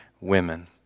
women